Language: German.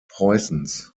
preußens